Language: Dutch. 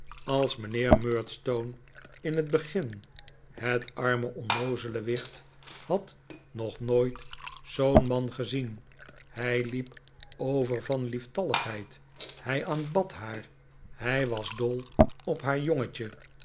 als mijnheer murdstone in het begin het arme onnoozele wicht had nog nooit zoo'n man gezien hij liep over van lieftalligheid hij aanbad haar hij was dol op haar jongetje